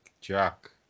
Jack